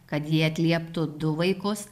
kad jie atlieptų du vaikus